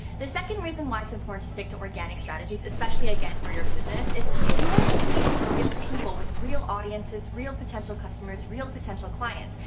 the second reason why it's important to stick to organic strategies, especially again for your business, is you want to engage with real people, with real audiences, real potential customers, real potential clients.